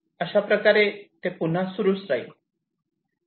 अशाप्रकारे हे पुन्हा सुरुच राहील